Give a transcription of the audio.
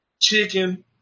Chicken